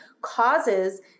causes